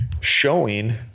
showing